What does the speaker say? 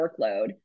workload